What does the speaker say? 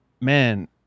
man